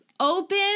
open